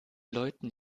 leuten